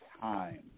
time